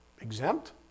exempt